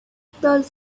told